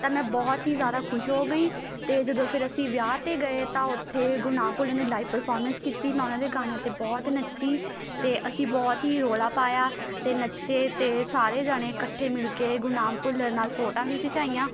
ਤਾਂ ਮੈਂ ਬਹੁਤ ਹੀ ਜ਼ਿਆਦਾ ਖੁਸ਼ ਹੋ ਗਈ ਅਤੇ ਜਦੋਂ ਫਿਰ ਅਸੀਂ ਵਿਆਹ 'ਤੇ ਗਏ ਤਾਂ ਉੱਥੇ ਗੁਰਨਾਮ ਭੁੱਲਰ ਨੇ ਲਾਈਵ ਪਰਫੋਰਮੈਂਸ ਕੀਤੀ ਮੈਂ ਉਹਨਾਂ ਦੇ ਗਾਣਿਆਂ 'ਤੇ ਬਹੁਤ ਨੱਚੀ ਅਤੇ ਅਸੀਂ ਬਹੁਤ ਹੀ ਰੌਲਾ ਪਾਇਆ ਅਤੇ ਨੱਚੇ ਅਤੇ ਸਾਰੇ ਜਾਣੇ ਇਕੱਠੇ ਮਿਲ ਕੇ ਗੁਰਨਾਮ ਭੁੱਲਰ ਨਾਲ ਫੋਟੋਆਂ ਵੀ ਖਿਚਾਈਆਂ